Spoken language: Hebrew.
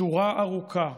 שורה ארוכה,